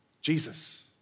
Jesus